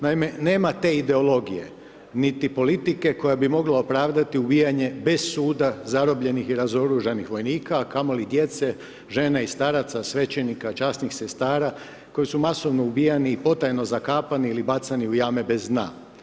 Naime, nema te ideologije, niti politike koja bi mogla opravdati ubijanje bez suda zarobljenih i razoružanih vojnika, a kamo li djece, žene i staraca, svećenika, časnih sestara, koji su masovno ubijani i potajno zakapani ili bacani u jame bez dna.